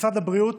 שמשרד הבריאות